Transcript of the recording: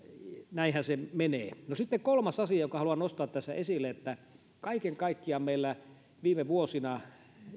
näinhän se menee sitten kolmas asia jonka haluan nostaa tässä esille on se että kaiken kaikkiaan meillä viime vuosina